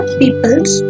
people's